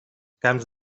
camps